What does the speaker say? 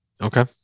Okay